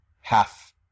half